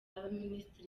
y’abaminisitiri